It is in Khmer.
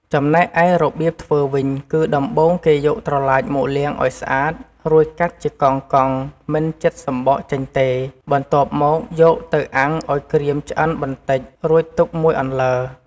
ចំណែកឯរបៀបធ្វើវិញ គឺដំបូងគេយកត្រឡាចមកលាងឱ្យស្អាត រួចកាត់ជាកង់ៗ មិនចិតសំបកចេញទេ បន្ទាប់មកយកទៅអាំងឱ្យក្រៀមឆ្អិនបន្តិច រួចទុកមួយអន្លើ។